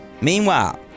Meanwhile